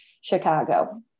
Chicago